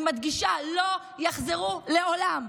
אני מדגישה: לא יחזרו לעולם.